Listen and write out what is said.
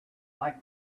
like